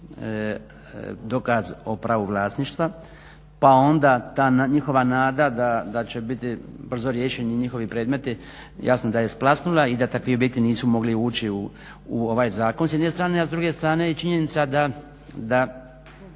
dokaz o pravu vlasništva pa onda ta njihova nada da će biti brzo riješeni njihovi predmeti jasno da je splasnula i da takvi objekti nisu mogli ući u ovaj zakon s jedne strane. A s druge strane i činjenica da